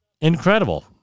incredible